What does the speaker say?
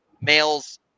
males